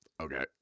Okay